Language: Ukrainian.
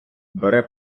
бере